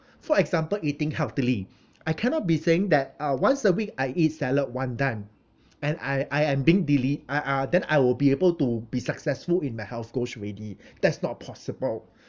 for example eating healthily I cannot be saying that uh once a week I eat salad one time and I I am being dili~ I uh then I will be able to be successful in my health goals already that's not possible